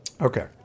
Okay